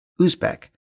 Uzbek